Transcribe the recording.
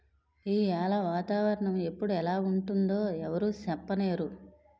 ఈయాల వాతావరణ ఎప్పుడు ఎలా ఉంటుందో ఎవరూ సెప్పనేరు